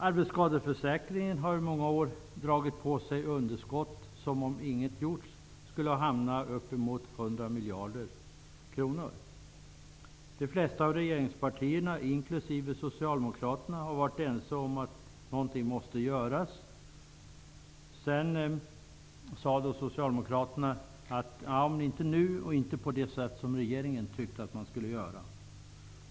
Arbetsskadeförsäkringen har under många år dragit på sig underskott som, om inget görs, hamnar på upp emot 100 miljarder kronor. De flesta av regeringspartierna, inklusive Socialdemokraterna, har varit ense om att något måste göras. Socialdemokraterna sade sedan att man inte kunde göra någonting nu och att man inte kunde göra det på det sätt som regeringen ville.